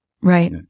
Right